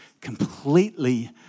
completely